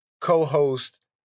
co-host